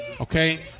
Okay